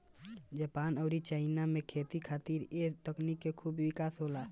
Japan अउरी China में खेती खातिर ए तकनीक से खूब विकास होला